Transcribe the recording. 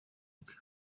bwe